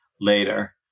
later